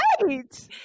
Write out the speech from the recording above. Right